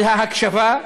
על ההקשבה,